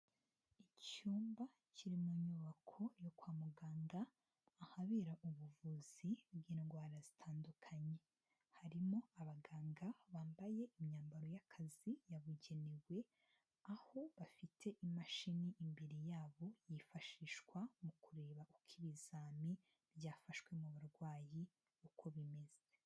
Icyumba kiri mu nyubako yo kwa mugangada ahabera ubuvuzi bw'indwara zitandukanye, harimo abaganga bambaye imyambaro y'akazi yabugenewe aho bafite imashini imbere yabo yifashishwa mu kureba uko ibizami byafashwe mu barwayi uko bimeze.